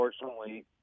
unfortunately